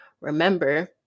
Remember